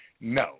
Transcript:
No